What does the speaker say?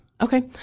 Okay